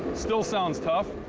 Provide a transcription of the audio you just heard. still sounds tough.